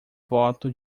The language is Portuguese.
voto